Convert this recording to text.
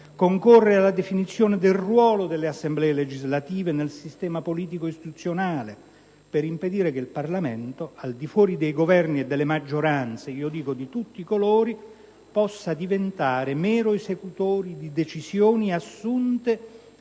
concorrere alla definizione del ruolo delle Assemblee legislative nel sistema politico-istituzionale, per impedire che il Parlamento - a prescindere dai Governi e dalle maggioranze di tutti i colori - possa diventare mero esecutore di decisioni assunte